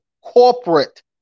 Corporate